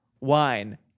Wine